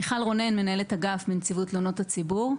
מיכל רונן, מנהל אגף בנציבות תלונות הציבור.